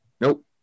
Nope